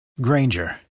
Granger